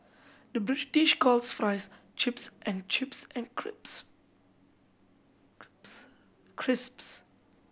the British calls fries chips and chips and crisps